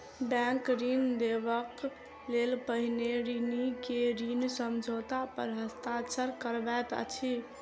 bank ऋण देबअ के पहिने ऋणी के ऋण समझौता पर हस्ताक्षर करबैत अछि